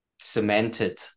cemented